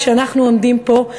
כשאנחנו עומדים פה,